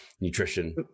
nutrition